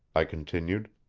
i continued.